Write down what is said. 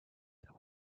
there